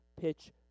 pitch